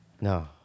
No